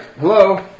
Hello